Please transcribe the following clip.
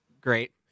great